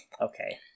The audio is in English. okay